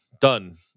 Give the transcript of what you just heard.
done